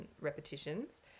repetitions